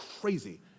Crazy